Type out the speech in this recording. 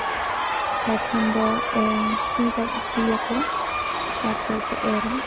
ᱯᱚᱨᱛᱷᱚᱢ ᱫᱚ ᱥᱤ ᱠᱟᱛᱮ ᱥᱤᱭᱟᱠᱚ ᱛᱟᱨᱯᱚᱨ ᱠᱚ ᱮᱨᱟ